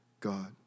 God